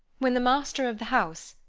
when the master of the house,